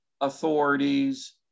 authorities